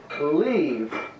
leave